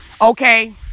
Okay